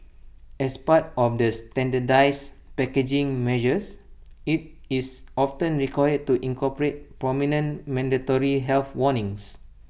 as part of the standardised packaging measures IT is often required to incorporate prominent mandatory health warnings